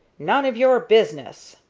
none of your business!